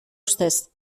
ustez